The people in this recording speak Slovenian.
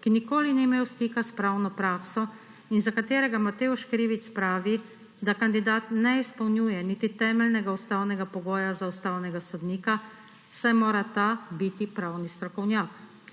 ki nikoli ni imel stika s pravno prakso in za katerega Matevž Krivic pravi, da kandidat ne izpolnjuje niti temeljnega ustavnega pogoja za ustavnega sodnika, saj mora ta biti pravni strokovnjak.